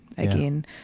again